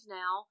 now